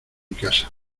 casa